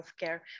healthcare